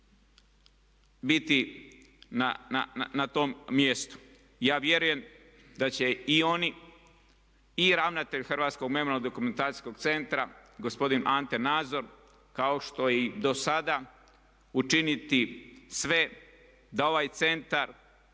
biti na tom mjestu. I ja vjerujem da će i oni i ravnatelj Hrvatskog memorijalno dokumentacijskog centra gospodin Ante Nazor kao što je i do sada, učiniti sve da ovaj centar